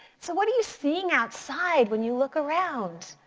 so what are you seeing outside when you look around?